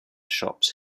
shops